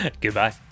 goodbye